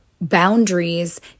boundaries